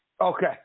Okay